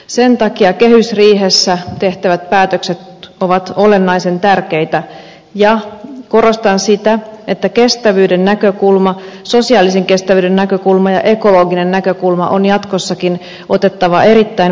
sen takia kehysriihessä tehtävät päätökset ovat olennaisen tärkeitä ja korostan sitä että kestävyyden näkökulma sosiaalisen kestävyyden näkökulma ja ekologinen näkökulma on jatkossakin otettava erittäin vahvasti huomioon